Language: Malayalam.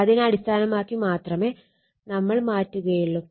അതിനെ അടിസ്ഥാനമാക്കി മാത്രമേ നമ്മൾ മാറ്റുകയൊള്ളു